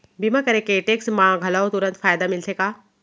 बीमा करे से टेक्स मा घलव तुरंत फायदा मिलथे का?